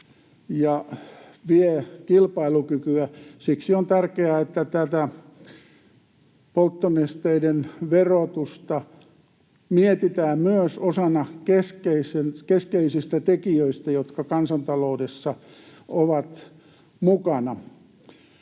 ja vie kilpailukykyä. Siksi on tärkeää, että tätä polttonesteiden verotusta mietitään myös osana niitä keskeisiä tekijöitä, jotka kansantaloudessa ovat mukana.